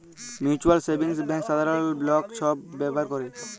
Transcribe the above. mutual savings bank সাধারল লক ছব ব্যাভার ক্যরে